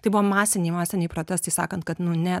tai buvo masiniai masiniai protestai sakant kad nu ne